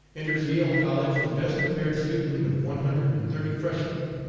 enters yale college the best prepared student of one hundred and thirty freshmen,